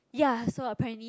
ya so apparently